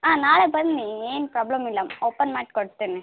ಹಾಂ ನಾಳೆ ಬನ್ನಿ ಏನು ಪ್ರಾಬ್ಲಮಿಲ್ಲ ಓಪನ್ ಮಾಡಿಕೊಡ್ತೇನೆ